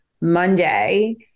Monday